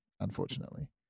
Unfortunately